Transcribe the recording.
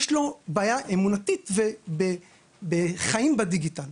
יש לו בעיה אמונתית ובחיים בדיגיטל,